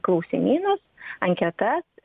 klausimynus anketas